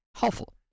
helpful